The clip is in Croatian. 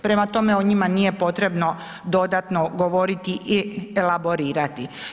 Prema tome, o njima nije potrebno dodatno govoriti i elaborirati.